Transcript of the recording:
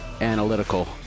analytical